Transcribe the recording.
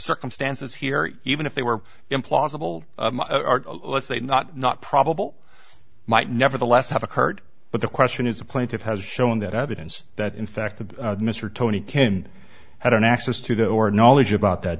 circumstances here even if they were implausible let's say not not probable might nevertheless have occurred but the question is a plaintiff has shown that evidence that in fact the mr tony kin had access to that or knowledge about that